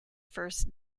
first